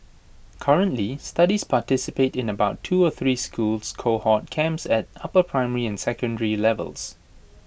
currently studies participate in about two or three school cohort camps at upper primary and secondary levels